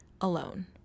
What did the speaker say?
alone